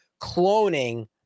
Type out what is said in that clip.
cloning